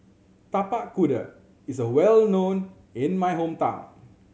Tapak Kuda is well known in my hometown